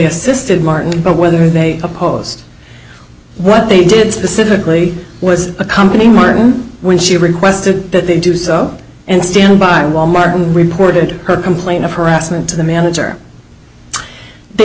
assisted martin but whether they opposed what they did specifically was accompanying martin when she requested that they do so and stand by wal mart who reported her complaint of harassment to the manager they